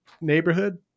neighborhood